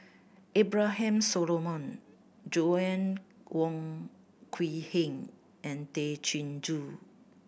Abraham Solomon Joanna Wong Quee Heng and Tay Chin Joo